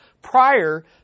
prior